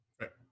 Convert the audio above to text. right